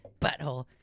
butthole